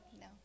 No